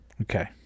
Okay